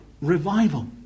revival